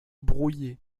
brouillé